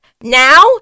Now